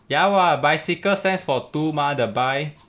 ya what bicycle stands for two mah the bisexual